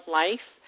life